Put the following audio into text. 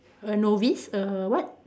a novice a what